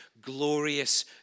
glorious